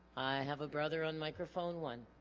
have a brother on microphone one